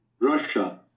Russia